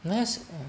that's mm